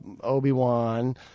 Obi-Wan